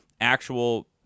actual –